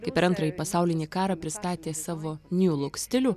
kai per antrąjį pasaulinį karą pristatė savo niu luk stilių